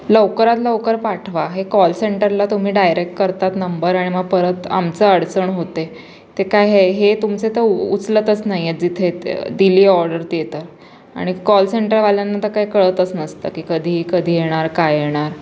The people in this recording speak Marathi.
लवकरात लवकर पाठवा हे कॉल सेंटरला तुम्ही डायरेक करतात नंबर आणि मग परत आमचं अडचण होते ते काय हे हे तुमचे तर उचलतच नाही आहेत जिथे दिली ऑर्डर ते तर आणि कॉल सेंटरवाल्यांना तर काही कळतच नसतं की कधी कधी येणार काय येणार